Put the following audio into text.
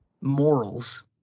morals